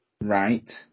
right